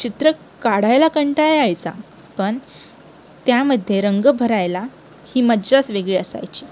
चित्र काढायला कंटाळा यायचा पण त्यामध्ये रंग भरायला ही मज्जाच वेगळी असायची